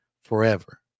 forever